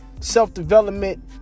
self-development